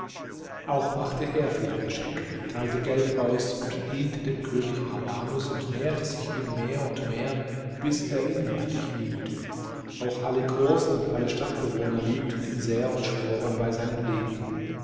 auch machte er viele geschenke teilte geld aus und diente dem könig armanus und näherte sich ihm mehr und mehr bis er ihn heftig liebte auch alle großen und alle stadtbewohner liebten ihn sehr und schworen bei seinem leben